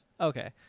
Okay